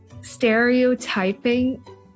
stereotyping